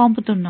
పంపుతున్నాము